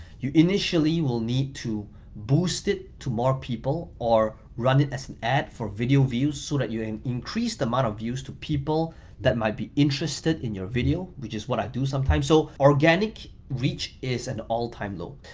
you initially will need to boost it to more people or run it as an ad for video views, so that you increase the amount of views to people that might be interested in your video, which is what i do sometimes. so organic reach is an all time low.